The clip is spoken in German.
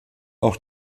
auch